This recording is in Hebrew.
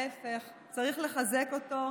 ההפך, צריך לחזק אותו,